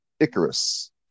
Icarus